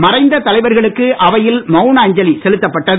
மறைந்த தலைவர்களுக்கு அவையில் மவுன அஞ்சலி செலுத்தப்பட்டது